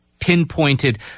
pinpointed